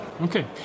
Okay